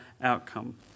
outcome